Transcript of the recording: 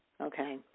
okay